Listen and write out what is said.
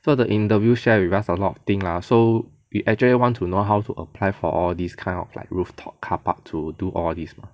so the interview share with us a lot of thing lah so we actually want to know how to apply for all these kind of like rooftop carpark to do all this